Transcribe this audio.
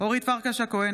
אורית פרקש הכהן,